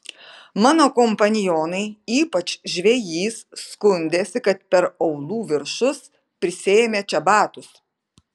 mano kompanionai ypač žvejys skundėsi kad per aulų viršus prisėmė čebatus